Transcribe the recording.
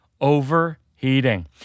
overheating